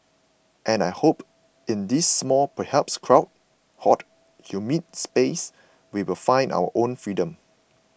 and I hope in this small perhaps crowded hot humid space we will find our own freedom